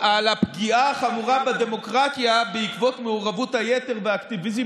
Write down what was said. על הפגיעה החמורה בדמוקרטיה בעקבות מעורבות היתר והאקטיביזם